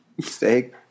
Steak